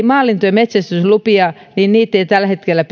maalintujen metsästyslupia ei tällä hetkellä